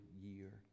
year